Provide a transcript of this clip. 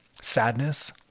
sadness